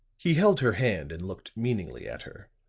he held her hand and looked meaningly at her.